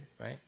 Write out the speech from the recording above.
right